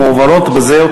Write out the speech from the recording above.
מועברות בזאת